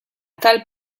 tal